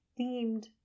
themed